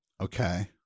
Okay